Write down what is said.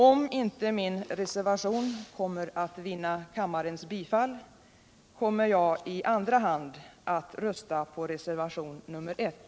Om min reservation inte vinner kammarens bifall, kommer jag i andra hand att rösta på reservationen 1.